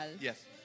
Yes